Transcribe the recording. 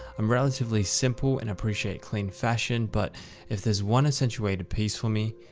i'm relatively simple and appreciate clean fashion. but if there's one essential way to peace for me,